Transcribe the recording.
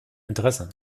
interesse